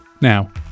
now